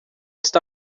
está